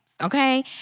Okay